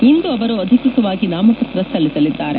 ಇಂದು ಅವರು ಅಧಿಕೃತವಾಗಿ ನಾಮಪತ್ರ ಸಲ್ಲಿಸಲಿದ್ದಾರೆ